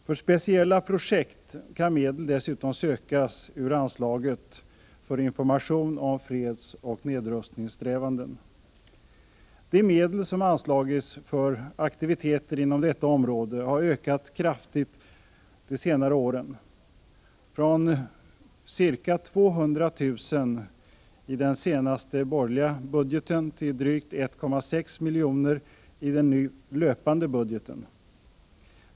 För speciella projekt kan medel dessutom sökas ur anslaget Information om fredsoch nedrustningssträvanden. De medel som anslagits för aktiviteter inom detta område har ökat kraftigt de senaste åren, från ca 200 000 kr. i den senaste borgerliga budgeten till drygt 1,6 milj.kr. i den nu löpande budgeten.